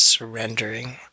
surrendering